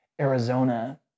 Arizona